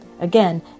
Again